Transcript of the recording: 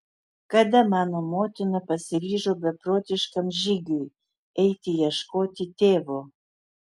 kada mano motina pasiryžo beprotiškam žygiui eiti ieškoti tėvo